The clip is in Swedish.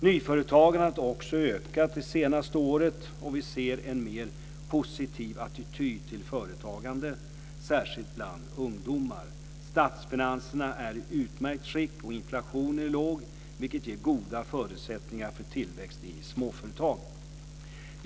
Nyföretagandet har också ökat det senaste året och vi ser en mer positiv attityd till företagande, särskilt bland ungdomar. Statsfinanserna är i utmärkt skick och inflationen är låg, vilket ger goda förutsättningar för tillväxt i småföretag.